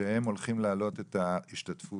שהם הולכים להעלות את השתתפות